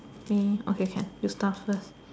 me okay can you start first